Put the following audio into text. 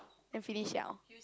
then finish liao